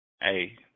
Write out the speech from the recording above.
Hey